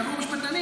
הרי יבואו משפטנים,